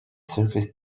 surface